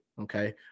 Okay